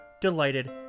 delighted